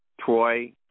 Troy